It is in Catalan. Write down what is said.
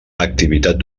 activitat